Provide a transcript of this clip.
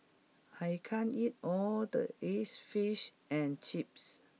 I can't eat all of this fish and chips